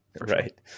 Right